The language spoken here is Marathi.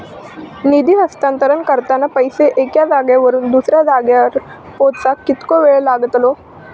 निधी हस्तांतरण करताना पैसे एक्या जाग्यावरून दुसऱ्या जाग्यार पोचाक कितको वेळ लागतलो?